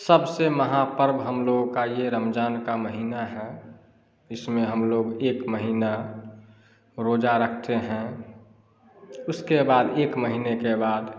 सबसे महापर्व हम लोगों का यह रमज़ान का महीना है इसमें हम लोग एक महीना रोज़ा रखते हैं उसके बाद एक महीने के बाद